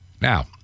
Now